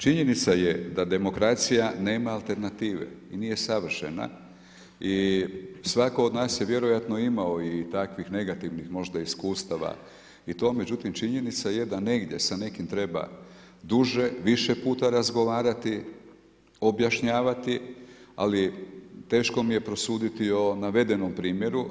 Činjenica je da demokracija nema alternative i nije savršena i svako od nas je vjerojatno imao i takvih negativnih možda iskustava i to, međutim činjenica je da negdje sa nekim treba duže, više puta razgovarati, objašnjavati, ali teško mi je prosuditi o navedenom primjeru.